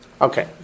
okay